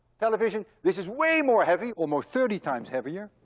television. this is way more heavy, almost thirty times heavier.